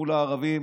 מול הערבים